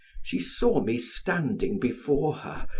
she saw me standing before her,